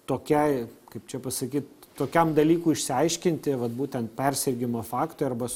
tokiai kaip čia pasakyt tokiam dalykui išsiaiškinti vat būtent persirgimo faktui arba